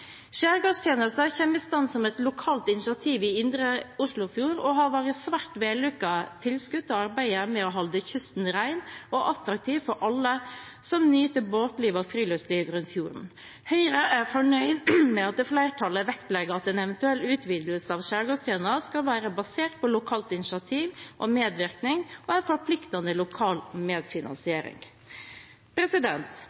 i stand som et lokalt initiativ i indre Oslofjord og har vært et svært vellykket tilskudd til arbeidet med å holde kysten ren og attraktiv for alle som nyter båtliv og friluftsliv rundt fjorden. Høyre er fornøyd med at flertallet vektlegger at en eventuell utvidelse av Skjærgårdstjenesten skal være basert på lokalt initiativ og medvirkning og en forpliktende lokal